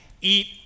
eat